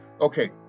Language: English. Okay